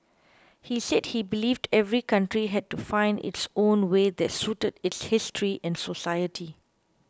he said he believed every country had to find its own way that suited its history and society